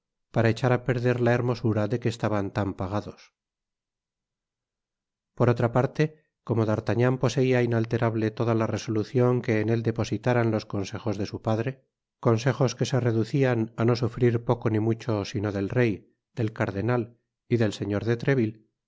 para echar á perder la hermosura de que estaban tan pagados content from google book search generated at por otra parte como d'artagnan poseía inalterable toda la resolucion que en él depositáran los consejos de su padre consejos que se reducían á no sufrir poco ni mucho sino del rey del cardenal y del señor de treville